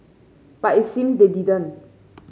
but it seems they didn't